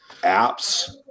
apps